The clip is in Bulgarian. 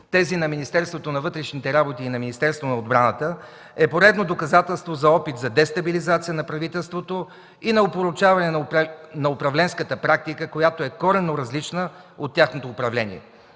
тези на Министерството на вътрешните работи и на Министерството на отбраната, е поредно доказателство за опит за дестабилизация на правителството и на опорочаване на управленската практика, която е коренно различна от тяхното управление.